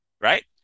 Right